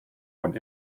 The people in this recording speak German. und